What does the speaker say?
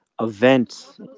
event